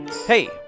Hey